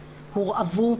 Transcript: הורעבו,